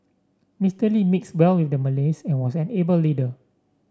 Mister Lee mixed well with the Malays and was an able leader